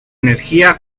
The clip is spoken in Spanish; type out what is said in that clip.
energía